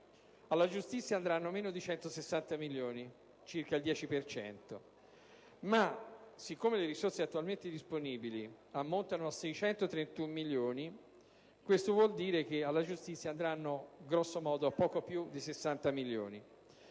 alla giustizia andranno meno di 160 milioni (circa il 10 per cento). Siccome le risorse attualmente disponibili ammontano a 631 milioni, ciò vuol dire che alla giustizia andranno grosso modo poco più di 60 milioni